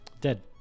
Dead